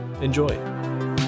Enjoy